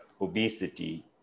obesity